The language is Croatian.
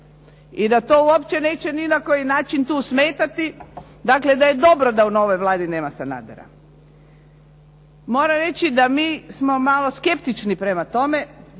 i da to uopće neće ni na koji način tu smetati, dakle da je dobro da u novoj Vladi nema Sanadera. Moram reći da mi smo malo skeptični prema tome,